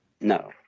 No